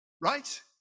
right